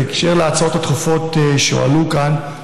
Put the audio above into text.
בקשר להצעות הדחופות שהועלו כאן,